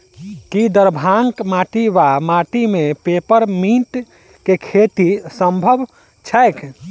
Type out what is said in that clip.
की दरभंगाक माटि वा माटि मे पेपर मिंट केँ खेती सम्भव छैक?